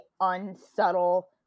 unsubtle